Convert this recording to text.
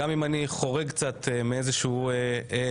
אני מצטער אם אני חורג מאיזה שהוא נוהל,